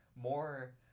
more